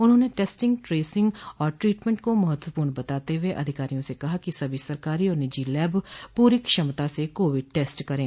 उन्होंने testing tracing और treatment को महत्वपूर्ण बताते हुए अधिकारियों से कहा कि सभी सरकारी और निजी लैब पूरी क्षमता से कोविड टेस्ट करे